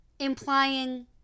Implying